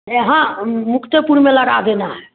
यहाँ मुक्तेपुर में लगा देना है